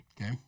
Okay